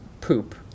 poop